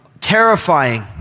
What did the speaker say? terrifying